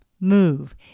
move